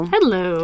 Hello